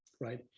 right